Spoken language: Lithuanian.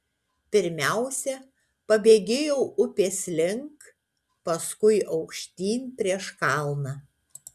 pirmiausia pabėgėjau upės link paskui aukštyn prieš kalną